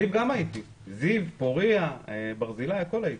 בזיו גם הייתי, בפורייה, בברזילי, בכולם הייתי.